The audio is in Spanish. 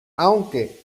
aunque